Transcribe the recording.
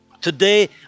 Today